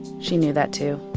she knew that too